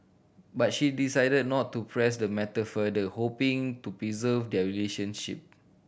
but she decided not to press the matter further hoping to preserve their relationship